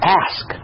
ask